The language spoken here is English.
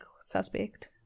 suspect